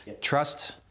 trust